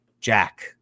Jack